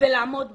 ולעמוד בצד,